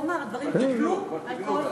והוא אמר: הדברים טופלו על כל,